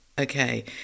okay